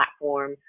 platform